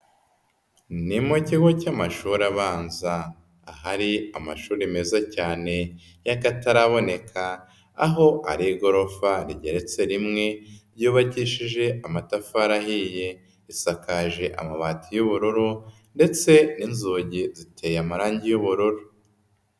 Ni mu kigo cy'amashuri abanza, ahari amashuri meza cyane y'akataraboneka, aho ari igorofa rigereretse rimwe yubakijeje amatafari ahiye, isakaje amabati y'ubururu ndetse n'inzugi ziteye amarangi y'ubururu.